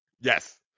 Yes